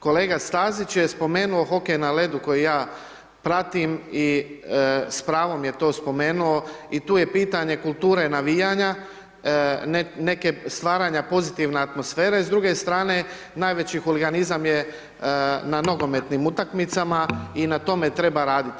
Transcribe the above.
Kolega Stazić je spomenuo hokej na ledu koji ja pratim i s pravom je to spomenuo i tu je pitanje kulture navijanja, neke stvaranja pozitivne atmosfere, s druge strane najveći huliganizam je na nogometnim utakmicama i na tome treba raditi.